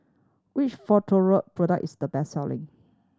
which Futuro product is the best selling